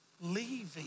Leaving